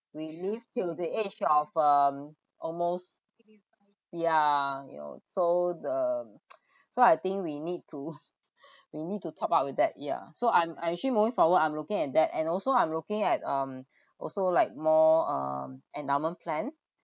we live till the age of um almost yeah you know so the so I think we need to we need to top up with that yeah so I'm I actually moving forward I'm looking at that and also I'm looking at um also like more um endowment plan